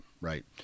Right